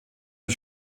der